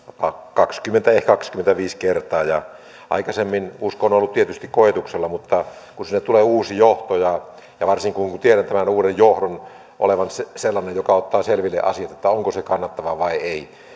kaksikymmentä ehkä kaksikymmentäviisi kertaa ja aikaisemmin usko on on ollut tietysti koetuksella mutta kun sinne tulee uusi johto ja ja varsinkin kun kun tiedän tämän uuden johdon olevan sellainen joka ottaa selville asiat onko se kannattavaa vai ei